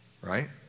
right